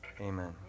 amen